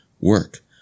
work